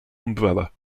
umbrella